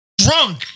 drunk